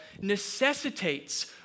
necessitates